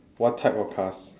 what type of cars